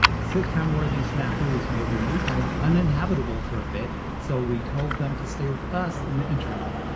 sitcom worthy snarf, who's made their new home uninhabitable for a bit. so we told them to stay with us in the interim.